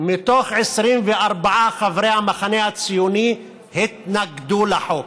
מתוך 24 חברי המחנה הציוני התנגדו לחוק.